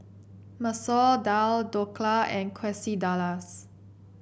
Masoor Dal Dhokla and Quesadillas